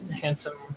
handsome